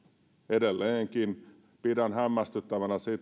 edelleenkin pidän hämmästyttävänä esimerkiksi